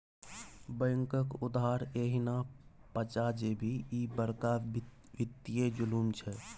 बैंकक उधार एहिना पचा जेभी, ई बड़का वित्तीय जुलुम छै